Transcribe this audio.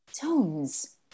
Tones